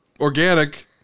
organic